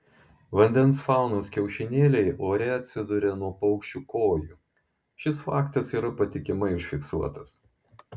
vandens faunos kiaušinėliai ore atsiduria nuo paukščių kojų šis faktas yra patikimai užfiksuotas